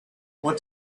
want